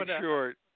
short